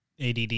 ADD